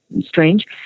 strange